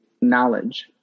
knowledge